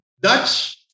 Dutch